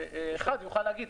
אחד יכול להגיד,